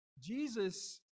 Jesus